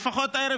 לפחות הערב,